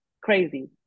crazy